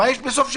מה יש בסוף שבוע?